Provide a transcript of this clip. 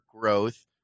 growth